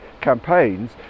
campaigns